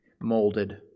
molded